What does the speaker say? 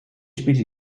spielte